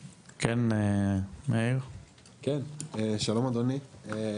כן, מאיר אסרף,